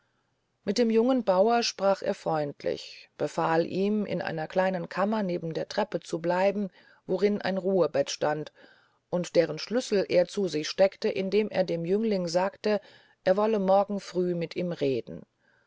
mit dem jungen bauer sprach er freundlich befahl ihm in einer kleinen kammer neben der treppe zu bleiben worin ein ruhebett stand und deren schlüssel er zu sich steckte indem er dem jüngling sagte er wolle morgen früh mit ihm reden